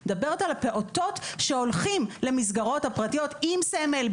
אני מדברת על הפעוטות שהולכים למסגרות הפרטיות עם סמל,